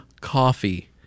coffee